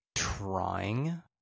Trying